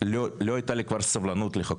לא הייתה לי כבר סבלנות לחכות.